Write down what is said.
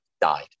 died